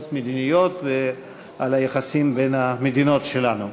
מדיניות על היחסים בין המדינות שלנו.